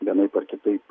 vienaip ar kitaip